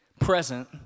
present